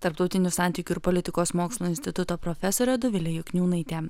tarptautinių santykių ir politikos mokslų instituto profesorė dovilė jakniūnaitė